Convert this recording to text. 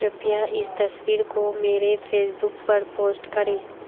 कृपया इस तस्वीर को मेरे फेसबुक पर पोस्ट करें